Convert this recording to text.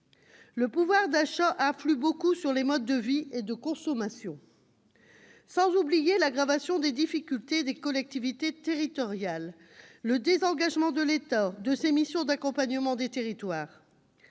Le pouvoir d'achat influe beaucoup sur les modes de vie et de consommation. Tout cela, sans oublier l'aggravation des difficultés des collectivités territoriales et le désengagement de l'État s'agissant de ses missions d'accompagnement des territoires.